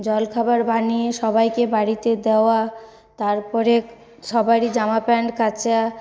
জলখাবার বানিয়ে সবাইকে বাড়িতে দেওয়া তারপরে সবারই জামা প্যান্ট কাচা